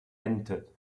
entered